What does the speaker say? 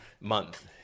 month